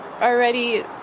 already